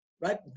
Right